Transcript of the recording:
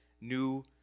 new